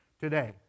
today